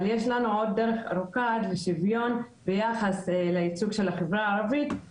אבל יש לנו עוד דרך ארוכה עד לשוויון ביחס לייצוג של החברה הערבית,